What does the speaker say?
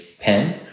pen